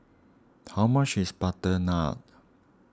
how much is Butter Naan